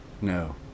No